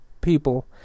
people